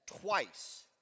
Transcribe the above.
twice